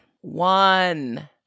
One